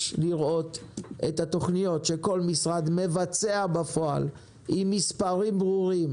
לראות את התכניות שכל משרד מבצע בפועל עם מספרים ברורים,